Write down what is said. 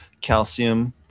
calcium